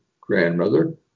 grandmother